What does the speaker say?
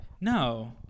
No